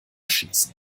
schießen